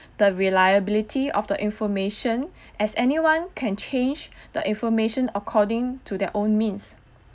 but reliability of the information as anyone can change the information according to their own means